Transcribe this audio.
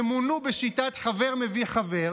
שמונו בשיטת חבר מביא חבר,